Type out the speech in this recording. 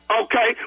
okay